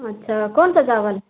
अच्छा कौन सा चावल है